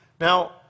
Now